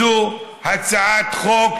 זו הצעת חוק